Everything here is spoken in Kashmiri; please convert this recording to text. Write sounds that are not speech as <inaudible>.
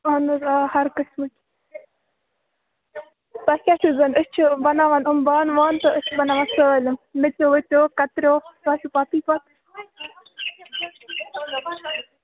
اَہَن حظ آ ہر قٕسمٕکۍ تۄہہِ کیٛاہ چھُو زَن أسۍ چھِ بناوان یِم بانہٕ وانہٕ تہٕ أسۍ چھِ بناوان سٲلِم میٚژِو ویٚژِو کترِو <unintelligible>